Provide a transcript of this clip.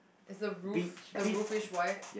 is the roof the roofish white